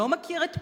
לא מכיר את פניו,